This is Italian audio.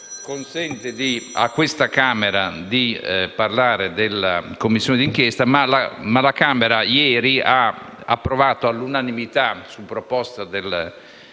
consente a questa Camera di parlare della Commissione d'inchiesta; ma la Camera ieri ha approvato all'unanimità, su proposta